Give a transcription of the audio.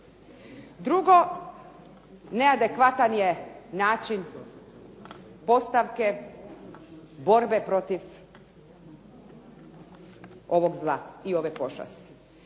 Drugo, neadekvatan je način postavke borbe protiv ovog zla i ove pošasti.